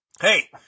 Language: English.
hey